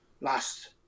last